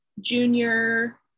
junior